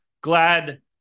glad